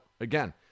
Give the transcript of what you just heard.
again